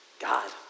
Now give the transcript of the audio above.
God